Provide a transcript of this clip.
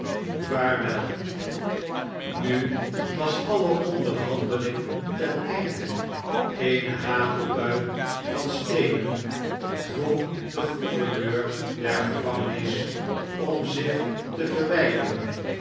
i nu was alle onderhandehng ten einde e ne hagelbui van steenen dwong den gouverneur der gevangenis om zich tl vsens